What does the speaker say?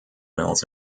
mills